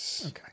Okay